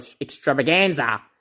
extravaganza